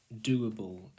doable